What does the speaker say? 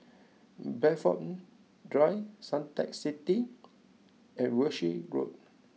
Bayfront Drive Suntec City and Walshe Road